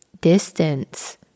distance